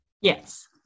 Yes